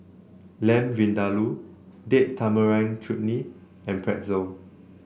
Lamb Vindaloo Date Tamarind Chutney and Pretzel